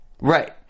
Right